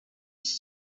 iki